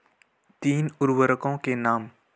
तीन उर्वरकों के नाम?